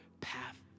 path